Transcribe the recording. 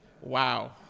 Wow